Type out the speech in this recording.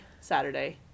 Saturday